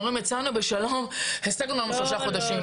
ואומרים שהם יצאו בשלום והשיגו לעצמם שלושה חודשים.